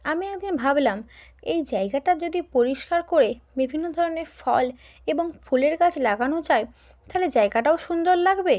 আমি একদিন ভাবলাম এই জায়গাটা যদি পরিষ্কার করে বিভিন্ন ধরনের ফল এবং ফুলের গাছ লাগানো যায় তাহলে জায়গাটাও সুন্দর লাগবে